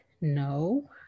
no